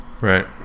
Right